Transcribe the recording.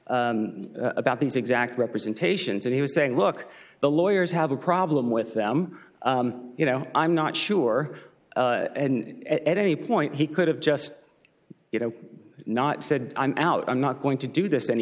about these exact representations and he was saying look the lawyers have a problem with them you know i'm not sure at any point he could have just you know not said i'm out i'm not going to do this